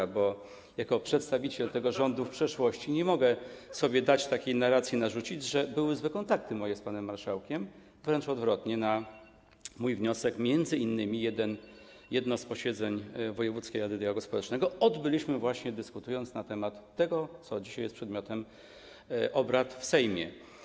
Ha, ha! ...bo jako przedstawiciel tego rządu w przeszłości nie mogę sobie dać takiej narracji narzucić, że moje kontakty z panem marszałkiem były złe, wręcz odwrotnie, na mój wniosek m.in. jedno z posiedzeń wojewódzkiej rady dialogu społecznego odbyliśmy, właśnie dyskutując na temat tego, co dzisiaj jest przedmiotem obrad w Sejmie.